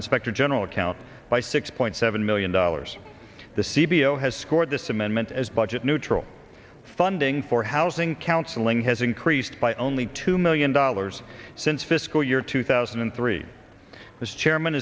inspector general account by six point seven million dollars the c b o t has scored this amendment as budget neutral funding for housing counseling has increased by only two million dollars since fiscal year two thousand and three as chairman